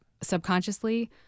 subconsciously